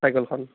চাইকেলখন